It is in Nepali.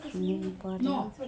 दिनु पर्यो